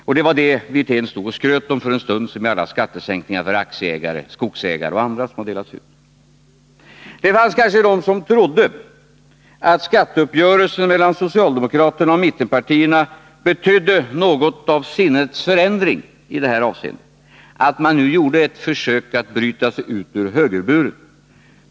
Och det var detta Rolf Wirtén stod och skröt om för en stund sedan, när han talade om alla skattesänkningar för aktieägare, skogsägare och andra som har delats ut. Det fanns kanske de som trodde att skatteuppgörelsen mellan socialdemokraterna och mittenpartierna betydde något av en sinnets förändring i det här avseendet — att man gjorde ett försök att bryta sig ut ur högerburen.